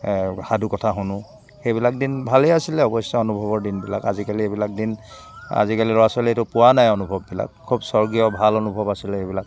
সাধুকথা শুনো সেইবিলাক দিন ভালেই আছিলে অৱশ্যে অনুভৱৰ দিনবিলাক আজিকালি এইবিলাক দিন আজিকালি ল'ৰা ছোৱালীয়েতো পোৱা নাই অনুভৱবিলাক খুব স্বৰ্গীয় ভাল অনুভৱ আছিলে সেইবিলাক